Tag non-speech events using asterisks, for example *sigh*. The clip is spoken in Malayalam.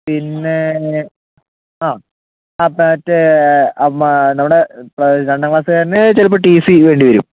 പിന്നേ ആ ആ *unintelligible* നമ്മുടെ രണ്ടാം ക്ലാസ്സുകാരന് ചിലപ്പോൾ ടി സി വേണ്ടി വരും